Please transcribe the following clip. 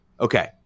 Okay